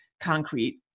concrete